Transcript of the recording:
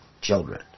children